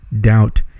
doubt